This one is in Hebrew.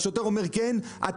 השוטר אומר שהוא כן דיבר בטלפון,